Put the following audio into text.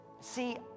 See